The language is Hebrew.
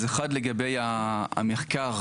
אז אחד לגבי המחקר,